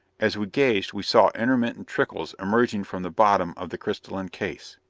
as we gazed we saw intermittent trickles emerging from the bottom of the crystalline case.